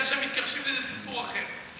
זה שמתכחשים לזה זה סיפור אחר.